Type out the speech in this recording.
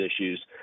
issues